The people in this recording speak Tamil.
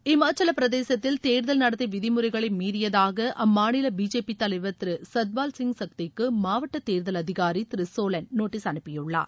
ஹிமாச்சலப்பிரதேசத்தில் தேர்தல் நடத்தை விதிமுறைகளை மீறியதாக அம்மாநில பிஜேபிர தலைவர் திரு சத்பால் சிங் சத்தி க்கு மாவட்ட தேர்தல் அதிகாரி திரு சோலன் நோட்டீஸ் அனுப்பியுள்ளார்